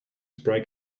spray